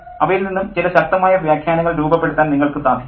അവയിൽ നിന്നും ചില ശക്തമായ വ്യാഖ്യാനങ്ങൾ രൂപപ്പെടുത്താൻ നിങ്ങൾക്കു സാധിക്കും